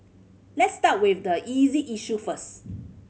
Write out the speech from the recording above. let's start with the easy issue first